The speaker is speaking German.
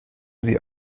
sie